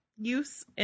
use